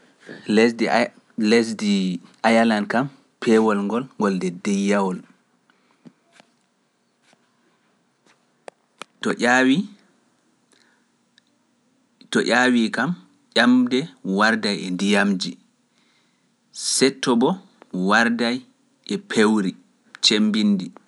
Lesdi Ayalanl lesdi ayalal kam peewol ngol ngol de deyawol to ƴaawi to ƴaawi kam ƴamde warday e ndiyamji setto bo warday e pewri cemmbindi